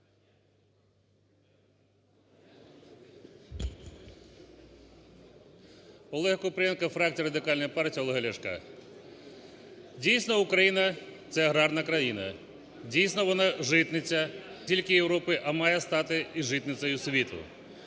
Олег Купрієнко, фракція Радикальної партії Олега Ляшко. Дійсно, Україна – це аграрна країна. Дійсно, вона – житниця і, мабуть, не тільки Європи, а має стати і житницею світу.